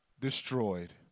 destroyed